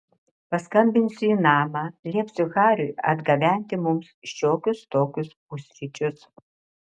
paskambinsiu į namą liepsiu hariui atgabenti mums šiokius tokius pusryčius